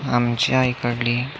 आमच्या इकडली